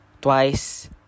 Twice